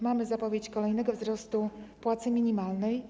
Mamy zapowiedź kolejnego wzrostu płacy minimalnej.